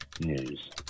News